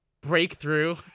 breakthrough